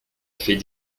fait